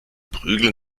prügeln